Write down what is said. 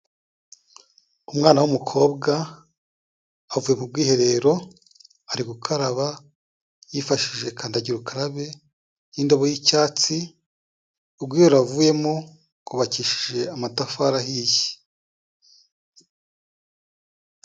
Umwana w'umukobwa avuye mu bwiherero, ari gukaraba yifashishije kandagira ukarabe y'indobo y'icyatsi, ubwiherero avuyemo bwubakishije amatafari ahiye.